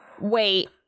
Wait